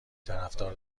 طرفدار